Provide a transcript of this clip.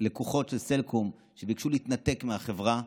ביקשו להתנתק מהחברה,